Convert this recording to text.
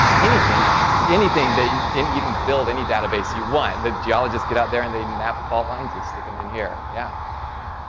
anything you can anything they in you can build any database you want the geologist get out there and they mapped fault lines just to come in here yeah yeah